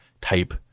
type